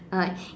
or like